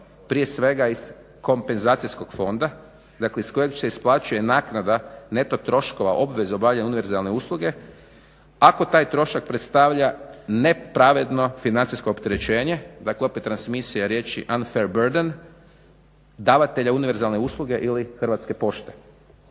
prije svega iz kompenzacijskog fonda dakle iz kojeg se isplaćuje naknada neto troškova obveze obavljanja univerzalne usluge ako taj trošak predstavlja nepravedno financijsko opterećenje dakle opet transmisija riječi …/Govornik se ne razumije./… davatelja univerzalne usluge ili HP. Također